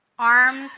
arms